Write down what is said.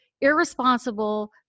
irresponsible